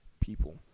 people